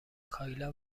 کایلا